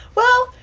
well,